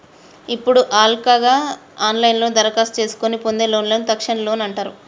ఇప్పుడు హల్కగా ఆన్లైన్లోనే దరఖాస్తు చేసుకొని పొందే లోన్లను తక్షణ లోన్ అంటారు